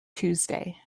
tuesday